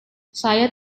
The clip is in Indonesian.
saya